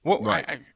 Right